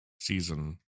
season